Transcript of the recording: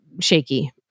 shaky